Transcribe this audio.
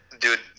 Dude